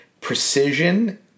precision